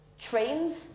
trains